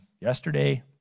yesterday